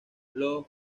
los